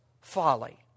folly